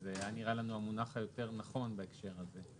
שזה היה נראה לנו המונח היותר נכון בהקשר הזה.